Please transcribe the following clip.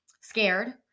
scared